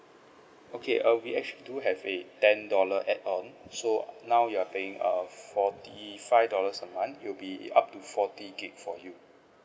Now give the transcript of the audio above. okay err we actually do have a ten dollar add on so now you are paying a forty five dollars a month it will be up to forty gigabyte for you